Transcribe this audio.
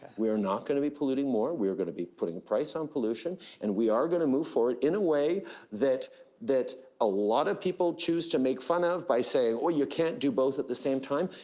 we're not gonna be polluting more. we're gonna be putting a price on pollution, and we are going to move forward in a way that that a lot of people choose to make fun of by saying, you can't do both at the same time.